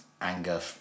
anger